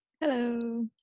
Hello